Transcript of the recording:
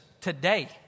today